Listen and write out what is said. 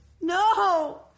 No